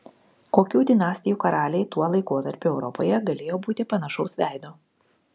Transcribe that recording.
kokių dinastijų karaliai tuo laikotarpiu europoje galėjo būti panašaus veido